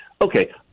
okay